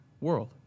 world